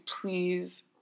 please